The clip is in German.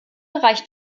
reicht